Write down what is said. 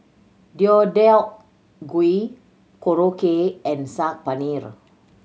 Deodeok Gui Korokke and Saag Paneer